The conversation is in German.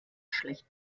schlecht